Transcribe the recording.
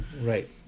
right